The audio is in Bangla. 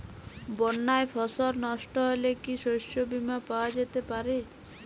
বন্যায় ফসল নস্ট হলে কি শস্য বীমা পাওয়া যেতে পারে?